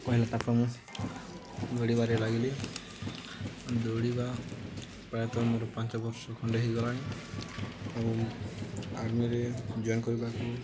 କହିଲେ ତାକୁ ମୁଁ ଦୌଡ଼ିବାରେ ଲାଗିଲି ଦୌଡ଼ିବା ପ୍ରାୟତଃ ମୋର ପାଞ୍ଚ ବର୍ଷ ଖଣ୍ଡେ ହେଇଗଲାଣି ଏବଂ ଆର୍ମିରେ ଜଏନ୍ କରିବାକୁ